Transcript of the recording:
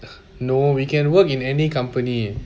no we can work in any company